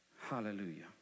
Hallelujah